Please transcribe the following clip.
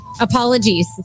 Apologies